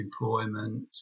employment